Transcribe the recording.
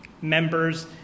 members